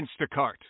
Instacart